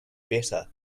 better